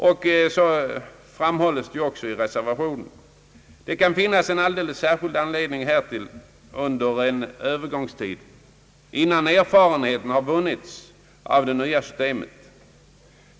Såsom framhålles i reservationen kan det finnas en alldeles särskild anledning härtill under en övergångstid innan erfarenhet vunnits av det nya systemet.